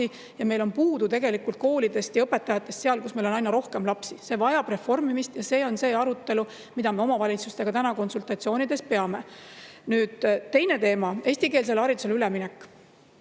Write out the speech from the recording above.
ja meil on tegelikult koolidest ja õpetajatest puudu seal, kus on aina rohkem lapsi. See vajab reformimist ja see on see arutelu, mida me omavalitsustega täna konsultatsioonides peame. Nüüd teine teema, eestikeelsele haridusele üleminek.